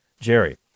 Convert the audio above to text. Jerry